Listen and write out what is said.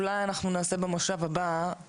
אולי אנחנו נעשה במושב הבא,